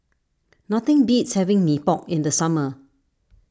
nothing beats having Mee Pok in the summer